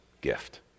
gift